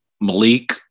Malik